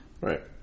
Right